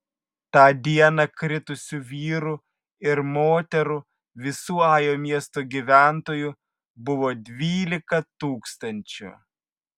tą dieną kritusių vyrų ir moterų visų ajo miesto gyventojų buvo dvylika tūkstančių